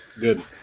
Good